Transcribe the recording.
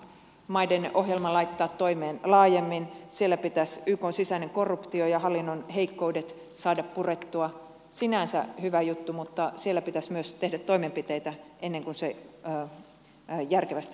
pilottiohjelma laittaa toimeen laajemmin siellä pitäisi ykn sisäinen korruptio ja hallinnon heikkoudet saada purettua sinänsä hyvä juttu mutta siellä pitäisi myös tehdä toimenpiteitä ennen kuin se järkevästi olisi kannattavaa